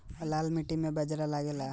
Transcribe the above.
लाल माटी मे बाजरा लग सकेला?